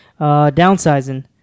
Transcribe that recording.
downsizing